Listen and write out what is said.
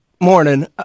Morning